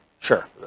Sure